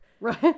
right